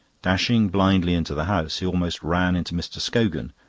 dashing blindly into the house, he almost ran into mr. scogan,